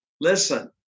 Listen